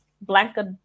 blanket